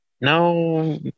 no